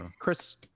Chris